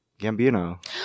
Gambino